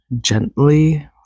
gently